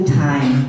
time